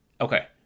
Okay